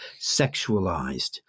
sexualized